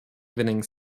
evening